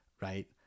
Right